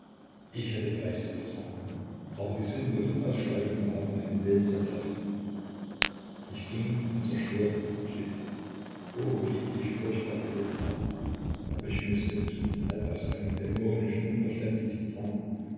ich hätte vielleicht etwas machen können aber die sinnlosen ausschweifungen haben meinen willen zerfressen ich ging und zerstörte und litt o wie ich furchtbar gelitten habe aber ich mußte es tun halb aus einem dämonischen unverständlichen drang